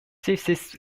thesis